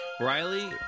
Riley